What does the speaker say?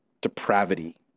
depravity